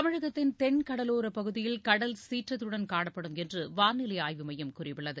தமிழகத்தின் தென் கடலோரப் பகுதியில் கடல் சீற்றத்துடன் காணப்படும் என்று வானிலை ஆய்வு மையம் கூறியுள்ளது